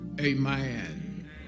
amen